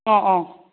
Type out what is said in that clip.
ꯑꯣ ꯑꯣ